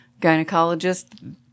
gynecologist